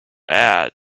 had